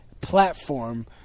platform